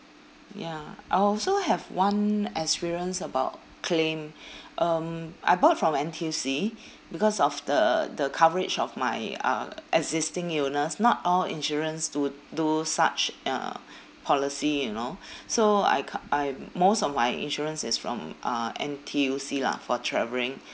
ya I also have one experience about claim um I bought from N_T_U_C because of the the coverage of my uh existing illness not all insurance do do such uh policy you know so I ca~ I most of my insurance is from uh N_T_U_C lah for travelling